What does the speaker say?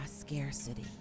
scarcity